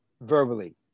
verbally